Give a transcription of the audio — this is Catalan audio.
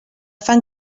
fan